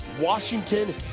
Washington